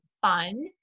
fun